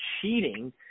cheating